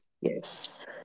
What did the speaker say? Yes